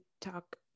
talk